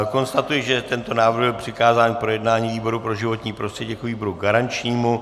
Konstatuji, že tento návrh byl přikázán k projednání výboru pro životní prostředí jako výboru garančnímu.